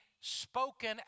spoken